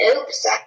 Oops